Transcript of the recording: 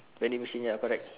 vending machine ya correct